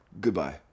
Goodbye